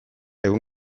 egun